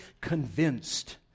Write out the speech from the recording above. convinced